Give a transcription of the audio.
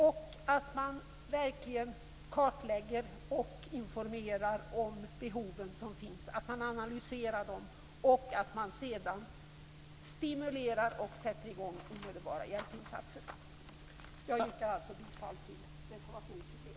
Man måste verkligen kartlägga och informera om de behov som finns, analysera dem och sedan stimulera och sätta i gång omedelbara hjälpinsatser. Jag yrkar bifall till reservationerna 21 och 22.